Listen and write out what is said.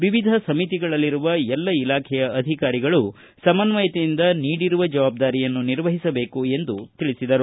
ವಿವಿಧ ಸಮಿತಿಗಳಲ್ಲಿರುವ ಎಲ್ಲ ಇಲಾಖೆಯ ಅಧಿಕಾರಿಗಳು ಸಮನ್ವಯತೆಯಿಂದ ನೀಡಿರುವ ಜವಾಬ್ದಾರಿಯನ್ನು ನಿರ್ವಹಿಸಬೇಕು ಎಂದು ತಿಳಿಸಿದರು